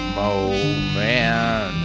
moment